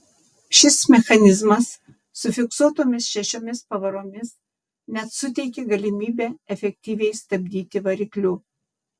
šis mechanizmas su fiksuotomis šešiomis pavaromis net suteikė galimybę efektyviai stabdyti varikliu